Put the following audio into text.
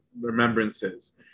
remembrances